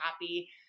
happy